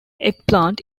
eggplant